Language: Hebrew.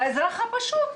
האזרח הפשוט.